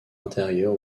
intérieur